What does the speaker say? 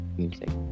music